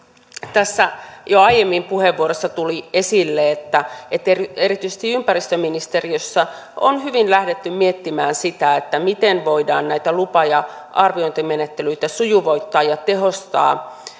tässä jo aiemmin puheenvuorossa tuli esille että erityisesti ympäristöministeriössä on hyvin lähdetty miettimään sitä miten voidaan näitä lupa ja arviointimenettelyitä sujuvoittaa ja tehostaa